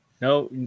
No